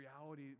reality